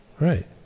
right